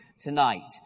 tonight